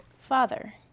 Father